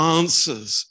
answers